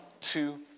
two